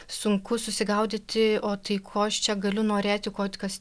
sunku susigaudyti o tai ko aš čia galiu norėti ko kas